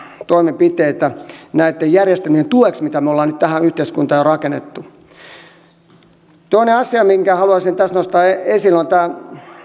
toimenpiteitä näitten järjestelmien tueksi mitä me olemme nyt tähän yhteiskuntaan jo rakentaneet toinen asia minkä haluaisin tässä nostaa esiin on tämä